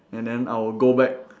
and then I will go back